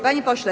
Panie Pośle!